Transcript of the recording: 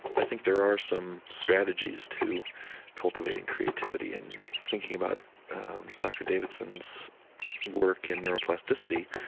i think there are some strategies to cultivating creativity in thinking about dr. davidson's work in neuroplasticity,